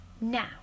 Now